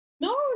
No